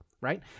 right